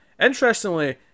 Interestingly